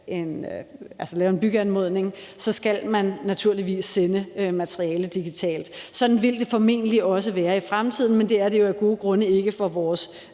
man lave en byggeansøgning, skal man naturligvis sende materialet digitalt. Sådan vil det formentlig også være i fremtiden, men det er det jo af gode grunde ikke for vores